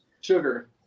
sugar